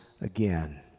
again